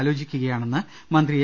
ആലോചിക്കുകയാണെന്ന് മന്ത്രി എ